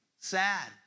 sad